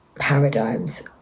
paradigms